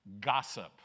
gossip